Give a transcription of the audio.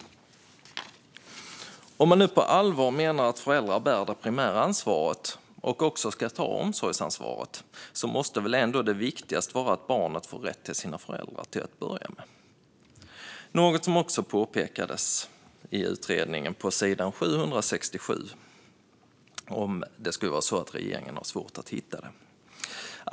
Om man nu på allvar menar att föräldrarna bär det primära ansvaret och också ska ta omsorgsansvaret måste väl ändå det viktigaste vara att barnet får rätt till sina föräldrar till att börja med, något som också påpekas i utredningen på sidan 767, om det skulle vara så att regeringen har svårt att hitta det.